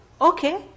okay